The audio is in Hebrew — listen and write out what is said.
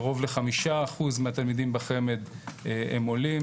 קרוב ל-5% מהתלמידים בחמ"ד הם עולים,